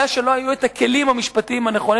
היא שלרשות המים לא היו הכלים המשפטיים הנכונים